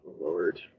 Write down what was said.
Lord